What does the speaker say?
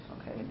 Okay